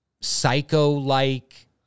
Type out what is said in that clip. psycho-like